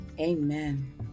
amen